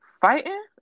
Fighting